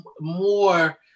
more